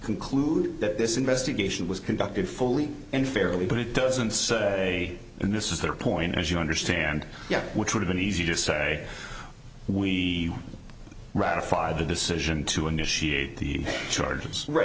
conclude that this investigation was conducted fully and fairly but it doesn't say and this is the point as you understand yet which would've been easy to say we ratified the decision to initiate the charges